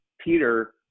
peter